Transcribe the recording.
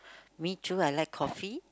me too I like coffee